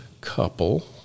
couple